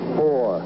four